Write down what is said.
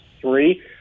three